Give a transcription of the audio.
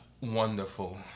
wonderful